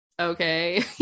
okay